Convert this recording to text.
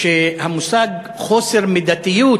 כשהמושג "חוסר מידתיות"